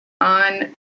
on